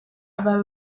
aber